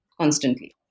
constantly